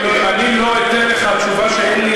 אני לא אתן לך תשובה שאין לי.